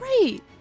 great